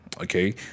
Okay